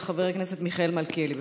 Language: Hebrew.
של חבר הכנסת מיכאל מלכיאלי.